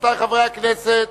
רבותי חברי הכנסת,